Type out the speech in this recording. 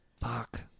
Fuck